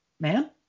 man